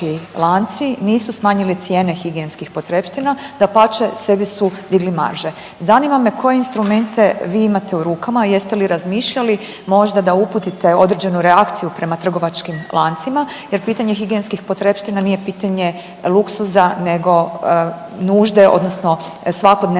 trgovački lanci nisu smanjili cijene higijenskih potrepština. Dapače, sebi su digli marže. Zanima me koje instrumente vi imate u rukama, jeste li razmišljali možda da uputite određenu reakciju prema trgovačkim lancima, jer pitanje higijenskih potrepština nije pitanje luksuza nego nužde, odnosno svakodnevne